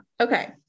Okay